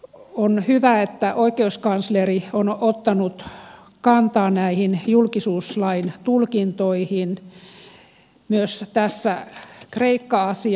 on hyvä että oikeuskansleri on ottanut kantaa näihin julkisuuslain tulkintoihin myös tässä kreikka asiassa